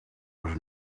was